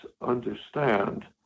understand